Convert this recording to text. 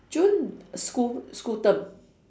june school school term